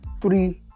three